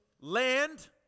Land